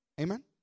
Amen